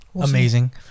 amazing